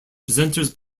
presenters